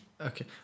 Okay